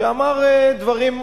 שאמר דברים אחרים.